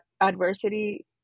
adversity